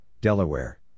Delaware